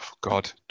God